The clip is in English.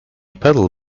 paddle